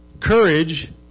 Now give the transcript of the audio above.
courage